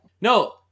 no